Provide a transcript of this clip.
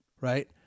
right